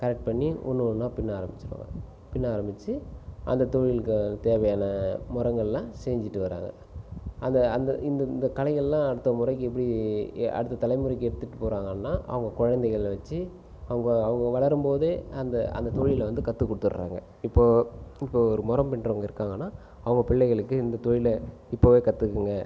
correct பண்ணி ஒன்று ஒன்றா பின்ன ஆரமிச்சுடுவாங்க பின்ன ஆரமிச்சு அந்த தொழிலுக்கு தேவையான முறங்கல்லாம் செஞ்சுட்டு வராங்க அந்த அந்த இந்த இந்த கலைகள் எல்லாம் அடுத்த முறைக்கு எப்படி அடுத்த தலைமுறைக்கு எடுத்துகிட்டு போகிறாங்கன்னா அவங்க கொழந்தைகள வச்சு அவங்கள் அவங்கள் வளரும்போது அந்த அந்த தொழிலில் வந்து கற்றுக் கொடுத்துடுறாங்க இப்போது இப்போது ஒரு முறம் பின்னுறவங்க இருக்காங்கன்னால் அவங்கள் பிள்ளைகளுக்கு இந்த தொழிலை இப்போவே கற்றுக்குங்க